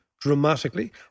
dramatically